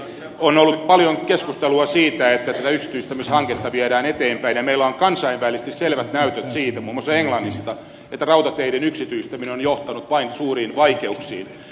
on ollut paljon keskustelua siitä että tätä yksityistämishanketta viedään eteenpäin ja meillä on kansainvälisesti selvät näytöt siitä muun muassa englannista että rautateiden yksityistäminen on johtanut vain suuriin vaikeuksiin